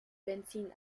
benzin